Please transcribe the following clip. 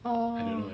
orh